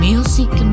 Music